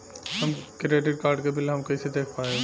हमरा credit card के bill हम कइसे देख पाएम?